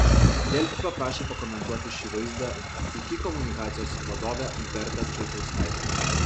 delfi paprašė pakomentuoti šį vaizdą iki komunikacijos vadovę bertą čaikauskaitę